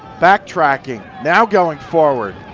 backtracking, now going forward.